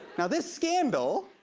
now this scandal,